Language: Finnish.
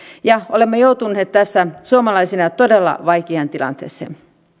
ja olemme joutuneet tässä suomalaisina todella vaikeaan tilanteeseen